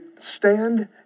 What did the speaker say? stand